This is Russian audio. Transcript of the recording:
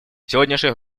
сегодняшних